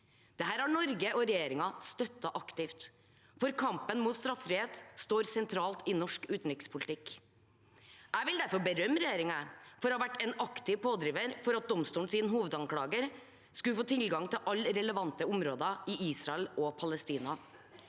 Dette har Norge og regjeringen støttet aktivt, for kampen mot straffrihet står sentralt i norsk utenrikspolitikk. Jeg vil derfor berømme regjeringen for å ha vært en aktiv pådriver for at domstolens hovedanklager skulle få tilgang til alle relevante områder i Israel og Palestina.